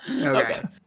Okay